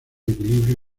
equilibrio